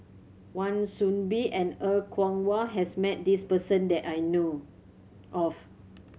Wan Soon Bee and Er Kwong Wah has met this person that I know of